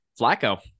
Flacco